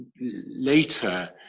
later